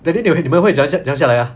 that day 你们你们会怎样怎样下来 ah